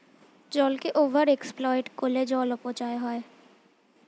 জলকে over exploit করলে জল অপচয় হয়